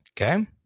Okay